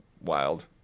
Wild